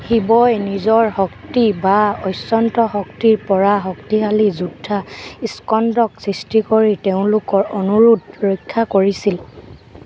শিৱই নিজৰ শক্তি বা অচন্ত্য শক্তিৰ পৰা শক্তিশালী যোদ্ধা স্কন্দক সৃষ্টি কৰি তেওঁলোকৰ অনুৰোধ ৰক্ষা কৰিছিল